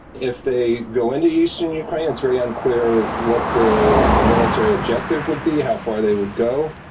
if they go into eastern ukraine it's very unclear what their military objective would be, how far they would go.